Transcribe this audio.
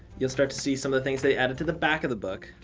you'll start to see some of the things they added to the back of the book.